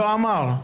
ג'ו עמר?